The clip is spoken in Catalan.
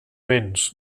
vents